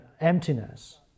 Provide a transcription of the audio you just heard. emptiness